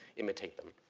imitate them.